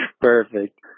Perfect